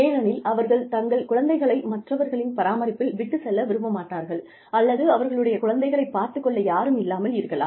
ஏனெனில் அவர்கள் தங்கள் குழந்தைகளை மற்றவர்களின் பராமரிப்பில் விட்டுச் செல்ல விரும்ப மாட்டார்கள் அல்லது அவர்களுடைய குழந்தைகளை பார்த்துக் கொள்ள யாரும் இல்லாமல் இருக்கலாம்